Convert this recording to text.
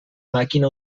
màquina